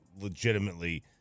legitimately –